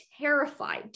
terrified